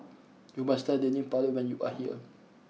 you must try Dendeng Paru when you are here